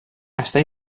està